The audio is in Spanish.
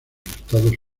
estados